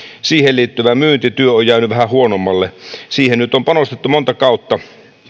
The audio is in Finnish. siihen liittyvä myyntityö on jäänyt vähän huonommalle siihen nyt on panostettu monta kautta